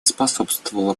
способствовало